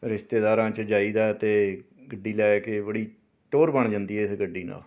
ਰਿਸ਼ਤੇਦਾਰਾਂ 'ਚ ਜਾਈਦਾ ਅਤੇ ਗੱਡੀ ਲੈ ਕੇ ਬੜੀ ਟੌਹਰ ਬਣ ਜਾਂਦੀ ਹੈ ਇਸ ਗੱਡੀ ਨਾਲ